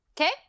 okay